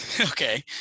okay